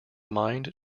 mind